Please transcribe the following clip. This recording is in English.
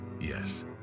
Yes